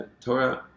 Torah